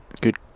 good